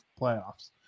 playoffs